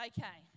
Okay